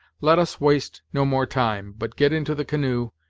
let us waste no more time, but get into the canoe,